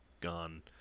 gone